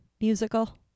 musical